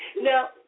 Now